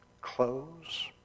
clothes